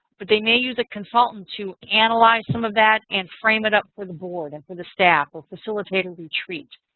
but they may use a consultant to analyze some of that and frame it up for the board or and for the staff or facilitating retreat.